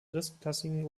drittklassigen